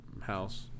house